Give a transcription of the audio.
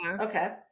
Okay